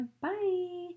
Bye